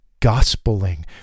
gospeling